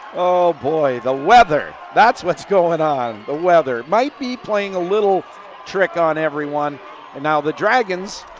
boy, the weather, that's what's going on. the weather might be playing a little trick on everyone and now the dragons,